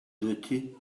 duty